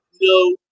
No